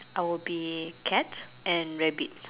I will be cat and rabbit